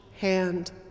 hand